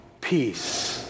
peace